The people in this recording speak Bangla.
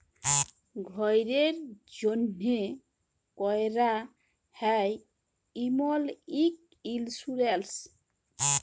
ঘ্যরের জ্যনহে ক্যরা হ্যয় এমল ইক ইলসুরেলস